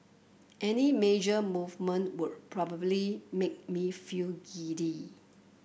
any major movement would probably make me feel giddy